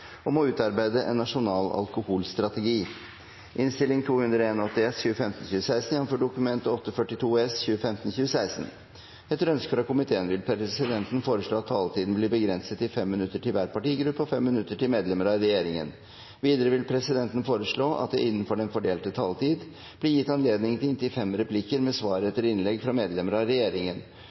om i dag, strengt tatt. Flere har ikke bedt om ordet til sak nr. 4. Etter ønske fra helse- og omsorgskomiteen vil presidenten foreslå at taletiden blir begrenset til 5 minutter til hver partigruppe og 5 minutter til medlemmer av regjeringen. Videre vil presidenten foreslå at det – innenfor den fordelte taletid – blir gitt anledning til inntil fem replikker med svar etter innlegg fra medlemmer av regjeringen,